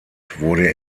wurde